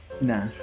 Nah